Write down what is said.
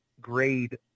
grade